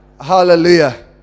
Hallelujah